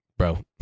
bro